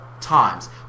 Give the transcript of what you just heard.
times